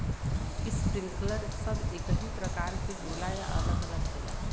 Sprinkler सब एकही प्रकार के होला या अलग अलग होला?